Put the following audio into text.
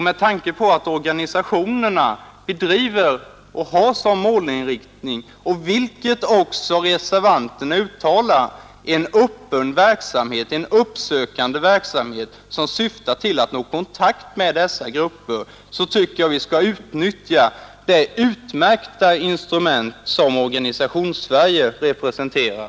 Med tanke på att organisationerna bedriver och har som målinriktning — vilket också reservanterna påpekar — en uppsökande verksamhet, som syftar till att nå kontakt med dessa grupper, tycker jag att vi skall utnyttja det utmärkta instrument som Organisationssverige utgör.